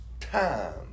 time